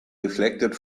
reflected